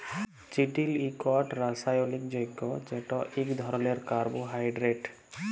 চিটিল ইকট রাসায়লিক যগ্য যেট ইক ধরলের কার্বোহাইড্রেট